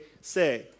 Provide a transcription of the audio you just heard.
say